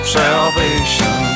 salvation